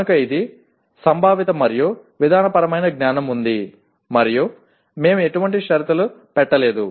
కనుక ఇది సంభావిత మరియు విధానపరమైన జ్ఞానం ఉంది మరియు మేము ఎటువంటి షరతులు పెట్టలేదు